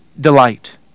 delight